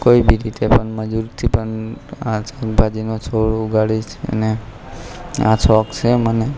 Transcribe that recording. કોઈ બી રીતે મજૂરથી પણ આ શાકભાજીનો છોડ ઉગાડીશ અને આ શોખ છે મને